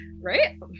right